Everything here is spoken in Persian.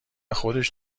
خودش